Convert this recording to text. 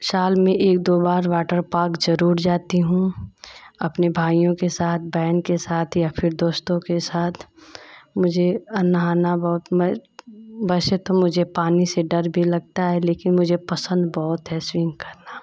शाल में एक दो बार वाटर पार्क जरूर जाती हूँ अपने भाइयों के साथ बहन के साथ या फिर दोस्तों के साथ मुझे नहाना बहुत वैसे तो मुझे पानी से डर भी लगता है लेकिन मुझे पसंद बहुत है स्विम करना